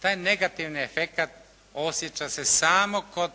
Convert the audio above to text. Taj negativni efekat osjeća se samo kod